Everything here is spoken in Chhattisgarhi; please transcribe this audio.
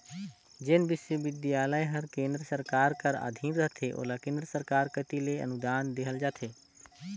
जेन बिस्वबिद्यालय हर केन्द्र सरकार कर अधीन रहथे ओला केन्द्र सरकार कती ले अनुदान देहल जाथे